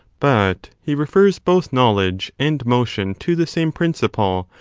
but he refers both knowledge and motion to the same principle,